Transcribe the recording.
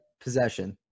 possession